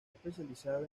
especializado